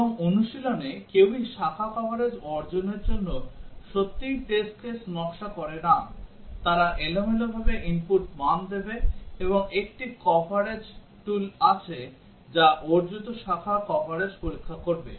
এবং অনুশীলনে কেউই শাখা কভারেজ অর্জনের জন্য সত্যিই টেস্ট কেস নকশা করে না তারা এলোমেলোভাবে input মান দেবে এবং একটি কভারেজ tool আছে যা অর্জিত শাখার কভারেজ পরীক্ষা করবে